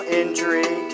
injury